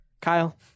Kyle